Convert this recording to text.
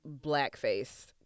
blackface